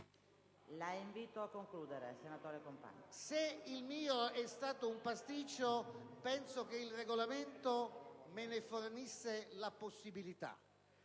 la invito a concludere. COMPAGNA *(PdL)*. Se il mio è stato un pasticcio, penso che il Regolamento me ne fornisse la possibilità.